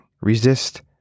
Resist